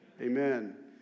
Amen